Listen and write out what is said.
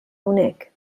hawnhekk